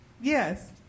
yes